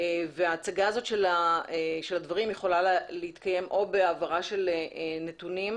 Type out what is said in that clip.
וההצגה הזאת של הדברים יכולה להתקיים או בהעברה של נתונים,